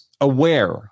aware